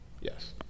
Yes